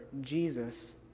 Jesus